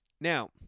Now